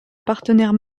partenaire